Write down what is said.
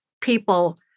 people